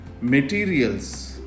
materials